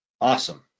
awesome